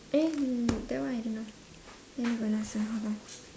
eh that one I don't know wait ah go and ask ah hold on